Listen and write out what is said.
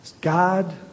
God